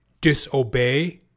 disobey